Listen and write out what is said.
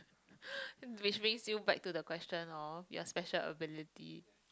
which brings you back to the question of your special ability